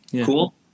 cool